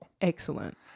Excellent